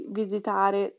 visitare